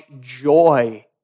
joy